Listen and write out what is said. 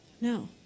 No